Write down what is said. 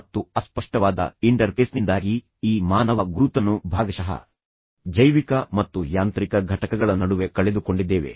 ಮತ್ತು ಅಸ್ಪಷ್ಟವಾದ ಇಂಟರ್ಫೇಸ್ನಿಂದಾಗಿ ಈ ಮಾನವ ಗುರುತನ್ನು ಭಾಗಶಃ ಜೈವಿಕ ಮತ್ತು ಯಾಂತ್ರಿಕ ಘಟಕಗಳ ನಡುವೆ ಕಳೆದುಕೊಂಡಿದ್ದೇವೆ